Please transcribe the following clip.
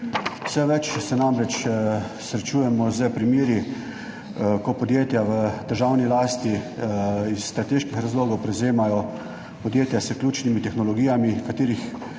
Vse več se namreč srečujemo s primeri, ko podjetja v državni lasti iz strateških razlogov prevzemajo podjetja s ključnimi tehnologijami, katerih